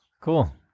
Cool